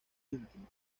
íntimo